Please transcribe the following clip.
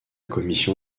commission